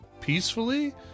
peacefully